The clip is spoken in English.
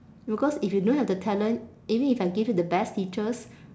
because if you don't have the talent even if I give you the best teachers